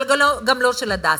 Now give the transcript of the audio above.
אבל גם לא של "הדסה".